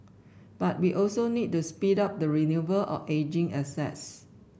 but we also need to speed up the renewal of ageing assets